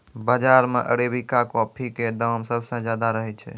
बाजार मॅ arabica coffee के दाम सबसॅ ज्यादा रहै छै